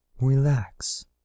Relax